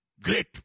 Great